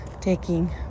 taking